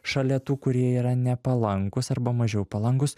šalia tų kurie yra nepalankūs arba mažiau palankūs